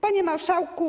Panie Marszałku!